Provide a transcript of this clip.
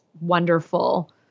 wonderful